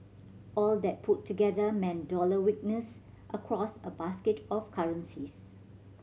all that put together meant dollar weakness across a basket of currencies